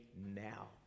now